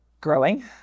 growing